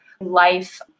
life